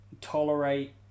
tolerate